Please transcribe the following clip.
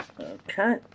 Okay